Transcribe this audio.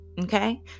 Okay